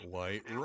White